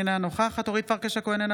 אינה נוכחת אורית פרקש הכהן,